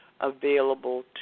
available